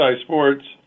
Sports